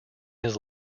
his